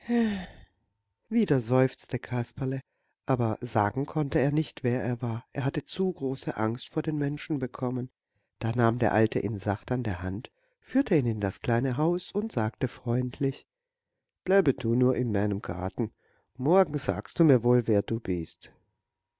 wieder seufzte kasperle aber sagen konnte er nicht wer er war er hatte zu große angst vor den menschen bekommen da nahm der alte ihn sacht an der hand führte ihn in das kleine haus und sagte freundlich bleibe nur bei mir in meinem garten morgen sagst du mir wohl wer du bist